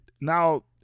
Now